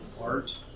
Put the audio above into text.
art